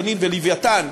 "תנין" ו"לווייתן"